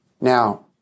Now